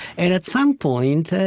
and at some point,